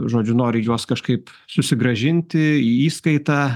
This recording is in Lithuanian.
žodžiu nori juos kažkaip susigrąžinti į įskaitą